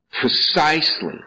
precisely